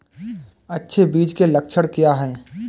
अच्छे बीज के लक्षण क्या हैं?